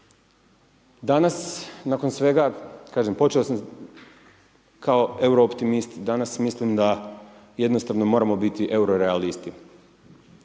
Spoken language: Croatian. Danas nakon svega, kažem, počeo sam kao euro optimist, danas mislim da jednostavno moramo butu euro realisti.